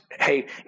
hey